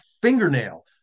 fingernail